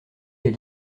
elle